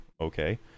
Okay